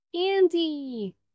Andy